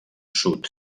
sud